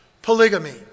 Polygamy